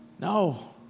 No